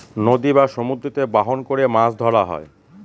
নদী বা সমুদ্রতে বাহন করে মাছ ধরা হয়